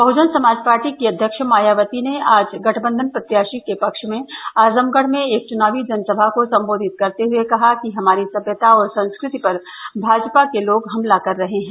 बहुजन समाज पार्टी की अध्यक्ष मायावती ने आज गठबंधन प्रत्याषी के पक्ष में आजमगढ़ में एक चुनावी जनसभा को सम्बोधित करते हये कहा कि हमारी सभ्यता और संस्कृति पर भाजपा के लोग हमला कर रहे हैं